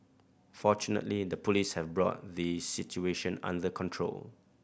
fortunately the Police have brought the situation under control